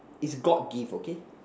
it's god give okay